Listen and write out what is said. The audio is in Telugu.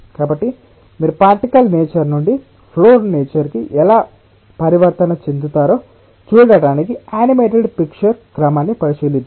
కాబట్టి మీరు పార్టికల్ నేచర్ నుండి ఫ్లో నేచర్ కి ఎలా పరివర్తన చెందుతారో చూడటానికి యానిమేటెడ్ పిక్చర్ క్రమాన్ని పరిశీలిద్దాం